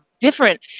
different